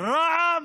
רע"מ